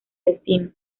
destino